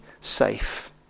safe